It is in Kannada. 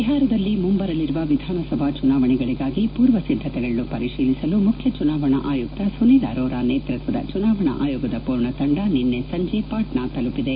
ಬಿಹಾರದಲ್ಲಿ ಮುಂಬರಲಿರುವ ವಿಧಾನಸಭಾ ಚುನವಾಣೆಗಳಿಗಾಗಿ ಪೂರ್ವಸಿದ್ದತೆಗಳನ್ನು ಪರಿಶೀಲಿಸಲು ಮುಖ್ಯ ಚುನಾವಣಾ ಆಯುಕ್ತ ಸುನೀಲ್ ಅರೋರಾ ನೇತೃತ್ವದ ಚುನಾವಣಾ ಆಯೋಗದ ಪೂರ್ಣ ತಂಡ ನಿನ್ನೆ ಸಂಜೆ ಪಾಟ್ನಾ ತಲುಪಿದೆ